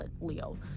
leo